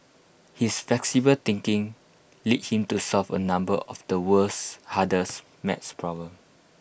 his flexible thinking led him to solve A number of the world's hardest math problems